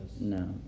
No